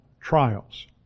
trials